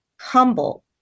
humble